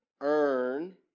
earn